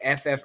FF